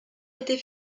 était